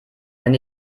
wenn